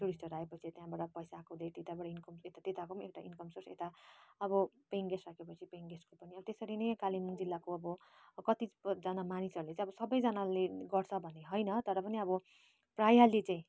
टुरिस्टहरू आए पछि त्यहाँबाट पैसा आएकोले त्यताबाट इन्कम त्यताको पनि एउटा इन्कम सोर्स यता अब पेइङ गेस्ट राख्यो पछि पेइङ गेस्टको पनि त्यसरी नै कालिम्पोङ जिल्लाको अब कतिजना मानिसहरूले चाहिँ सबै जनाले गर्छ भन्ने होइन तर पनि अब प्रायले चाहिँ